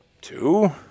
two